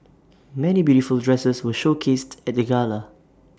many beautiful dresses were showcased at the gala